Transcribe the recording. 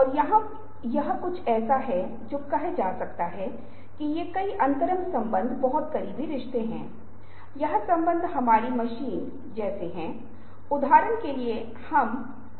क्योंकि फ्रेमिंग एक ऐसी चीज है जिसके भीतर हम उस क्षण को देखना शुरू करते हैं जिसमें हमारे पास फ्रेम है हम फ्रेम के बाहर देखने के बजाय फ्रेम के भीतर देखना चाहते हैं